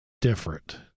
different